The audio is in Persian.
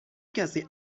کسی